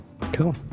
Cool